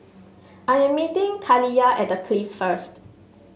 I am meeting Kaliyah at The Clift first